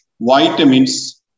vitamins